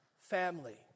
family